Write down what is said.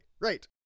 Right